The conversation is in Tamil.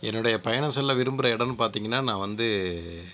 என்னுடைய பயணம் செல்ல விரும்புகிற இடம்னு பார்த்தீங்கனா நான் வந்து